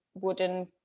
wooden